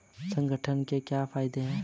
संगठन के क्या फायदें हैं?